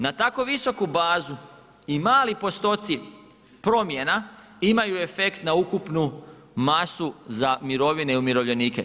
Na tako visoku bazu i mali postoci promjena imaju efekt na ukupnu masu za mirovine i umirovljenike.